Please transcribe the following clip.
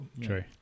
True